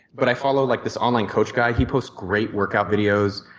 but i follow like this online coach guy. he posts great workout videos.